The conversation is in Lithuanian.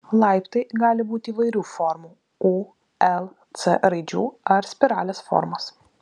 laiptai gali būti įvairių formų u l c raidžių ar spiralės formos